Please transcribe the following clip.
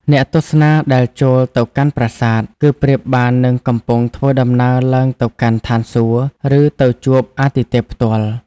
អ្នកទស្សនាដែលចូលទៅកាន់ប្រាសាទ គឺប្រៀបបាននឹងកំពុងធ្វើដំណើរឡើងទៅកាន់ឋានសួគ៌ ឬទៅជួបអាទិទេពផ្ទាល់។